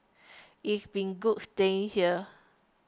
it's been good staying here